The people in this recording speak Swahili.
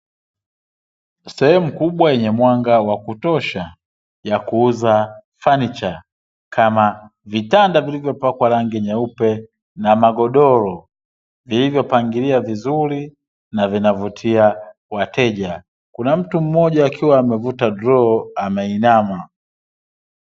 Sehemu kubwa yenye mwanga wa kutosha ya kuuza fanicha, kama; vitanda vilivyopakwa rangi nyeupe na magodoro, vilivyopangiliwa vizuri na vinavutia wateja. Kuna mtu mmoja akiwa amevuta droo ameinama.